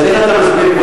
אז איך אתה מסביר,